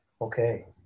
Okay